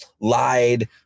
lied